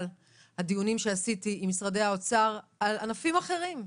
הדיונים שעשיתי עם משרד האוצר על ענפים אחרים,